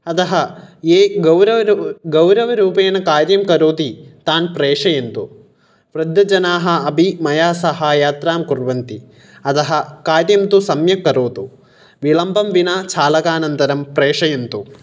अतः ये गौरवरू गौरवरूपेण कार्यं करोति तान् प्रेषयन्तु वृद्धजनाः अपि मया सह यात्रां कुर्वन्ति अतः कार्यं तु सम्यक् करोतु विलम्बं विना चालकानन्तरं प्रेषयन्तु